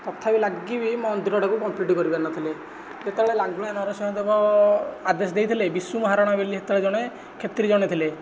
ତଥାପି ଲାଗିକି ବି ମନ୍ଦିର ଟାକୁ କମ୍ପ୍ଲିଟ କରିପାରିନଥିଲେ ଯେତେବେଳେ ଲାଙ୍ଗୁଳା ନରସିଂହ ଦେବ ଆଦେଶ ଦେଇଥିଲେ ବିଶୁ ମହାରଣା ବୋଲି ସେତେବେଳେ ଜଣେ କ୍ଷେତ୍ରୀ ଜଣେ ଥିଲେ